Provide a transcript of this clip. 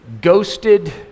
Ghosted